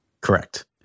Correct